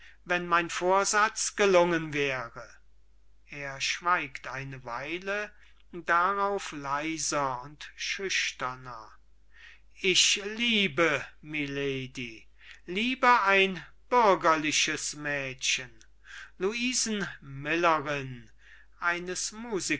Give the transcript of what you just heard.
wenn mein vorsatz gelungen wäre er schweigt eine weile darauf leise und schüchterner ich liebe milady liebe ein bürgerliches mädchen luise millerin eines